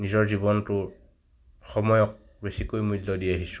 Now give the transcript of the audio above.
নিজৰ জীৱনটোৰ সময়ক বেছিকৈ মূল্য দি আহিছোঁ